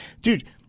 Dude